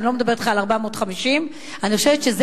אני לא מדברת אתך על 450,000. אני חושבת שזה